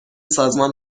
سازمان